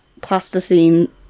plasticine